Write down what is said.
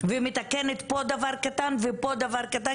ומתקנת פה דבר קטן ופה דבר קטן,